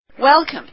Welcome